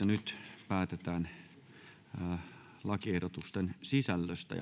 nyt päätetään lakiehdotusten sisällöstä